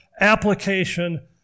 application